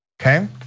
okay